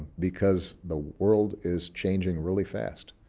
because the world is changing really fast,